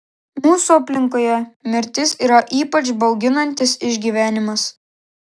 mūsų aplinkoje mirtis yra ypač bauginantis išgyvenimas